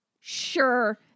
Sure